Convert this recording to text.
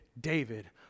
David